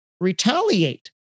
retaliate